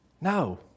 No